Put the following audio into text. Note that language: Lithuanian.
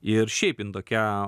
ir šiaip jin tokia